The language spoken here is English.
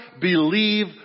believe